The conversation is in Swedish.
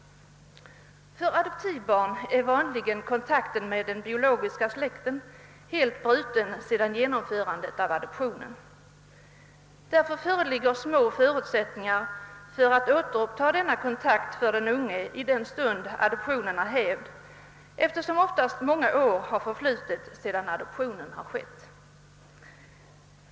För adoptivbarn är vanligen kontakten med den biologiska släkten helt bruten sedan adoptionen genomförts. Därför föreligger små förutsättningar för att återuppta denna kontakt för den unge i den stund då adoptionen är hävd, eftersom oftast många år har förflutit sedan adoptionen har skett.